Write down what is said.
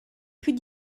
plus